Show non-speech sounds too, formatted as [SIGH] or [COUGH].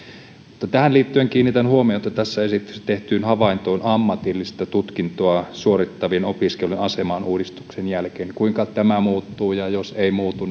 mutta tähän liittyen kiinnitän huomiota tässä esityksessä tehtyyn havaintoon ammatillista tutkintoa suorittavien opiskelijoiden asemasta uudistuksen jälkeen kuinka tämä muuttuu ja jos ei muutu [UNINTELLIGIBLE]